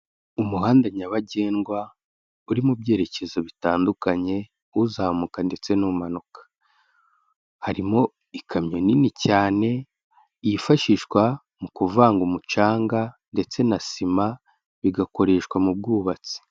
Umuhanda nyabagendwa uri mu byerekezo bitandukanye uzamuka ndetse n'umanuka, harimo ikamyo nini cyane yifashishwa mu kuvanga umucanga ndetse na sima bigakoreshwa mu bwubatsi.